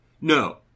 no